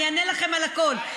אני אענה לכם על הכול,